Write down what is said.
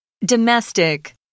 Domestic